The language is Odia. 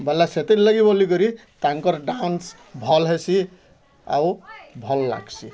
ବଏଲେ ସେଥିର୍ ଲାଗି ବୋଲିକରି ତାଙ୍କର୍ ଡ୍ୟାନ୍ସ ଭଲ୍ ହେସି ଆଉ ଭଲ୍ ଲାଗ୍ସି